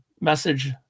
message